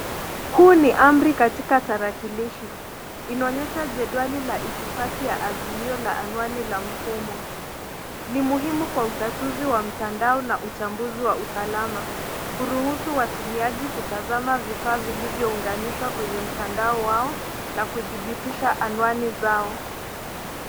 Huu ni amri katika tarakilishi. Inaonyesha jedwali ya itifaki ya azimio la anwani la mfumo. Ni muhimu kwa utatuzi wa mtandao na uchambuzi wa usalama. Huruhusu watumiaji kutazama vifaa vilivyounganishwa kwenye mtandao wao na kudhibitisha anwani zao.